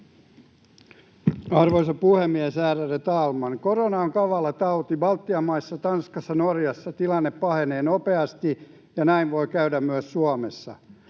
Arvoisa puhemies! Ärade talman! Korona on kavala tauti. Baltian maissa, Tanskassa, Norjassa tilanne pahenee nopeasti, ja näin voi käydä myös Suomessa.